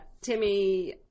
Timmy